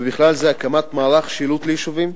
ובכלל זה הקמת מערך שילוט ליישובים,